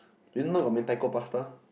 you know now got Mentaiko Pasta